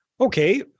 Okay